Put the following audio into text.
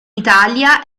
italia